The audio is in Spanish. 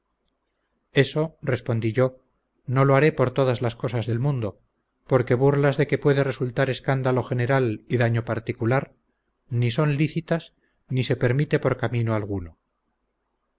eso respondí yo no lo haré por todas las cosas del mundo porque burlas de que puede resultar escándalo general y daño particular ni son lícitas ni se permite por camino alguno